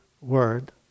word